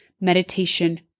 meditation